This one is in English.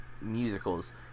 musicals